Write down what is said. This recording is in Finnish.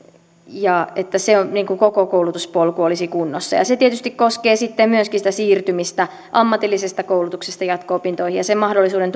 ja että se koko koulutuspolku olisi kunnossa se tietysti koskee sitten myöskin sitä siirtymistä ammatillisesta koulutuksesta jatko opintoihin ja sen mahdollisuuden